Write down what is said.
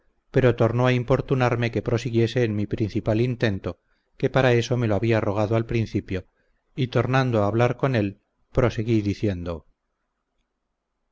pero tornó a importunarme que prosiguiese en mi principal intento que para eso me lo había rogado al principio y tornando a hablar con él proseguí diciendo